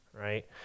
right